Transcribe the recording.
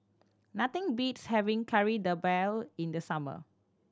nothing beats having Kari Debal in the summer